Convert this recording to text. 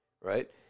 right